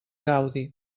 gaudi